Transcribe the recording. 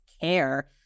care